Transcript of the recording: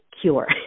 cure